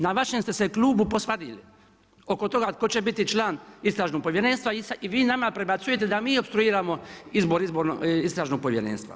Na vašem ste se klubu posvadili oko toga tko će biti član istražnog povjerenstva i vi nama prebacujete da mi opstruiramo izbor istražnog povjerenstva.